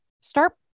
start